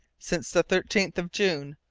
since the thirteenth of june.